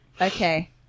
okay